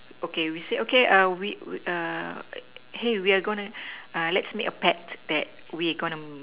okay we said okay we hey we are going to let's make a pact that we are gonna